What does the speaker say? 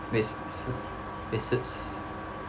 that's suits that suits